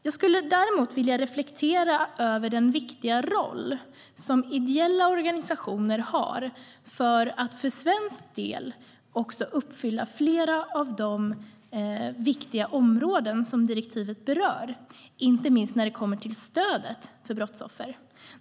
Jag skulle däremot vilja reflektera över den viktiga roll som ideella organisationer har för att för svensk del också uppfylla flera av de viktiga områden som direktivet berör, inte minst när det kommer till stödet för brottsoffer.